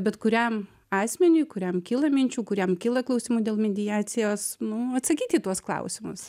bet kuriam asmeniui kuriam kyla minčių kuriam kyla klausimų dėl mediacijos nu atsakyt į tuos klausimus